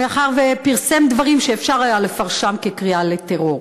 מאחר שפרסם דברים שאפשר היה לפרשם כקריאה לטרור.